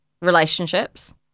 relationships